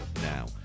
Now